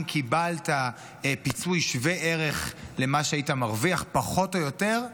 אם קיבלת פיצוי שווה ערך למה שהיית מרוויח פחות או יותר,